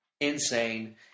insane